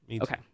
okay